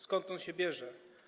Skąd on się bierze?